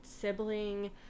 sibling